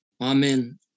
Amen